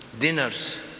dinners